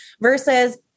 versus